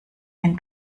wenn